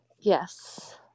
Yes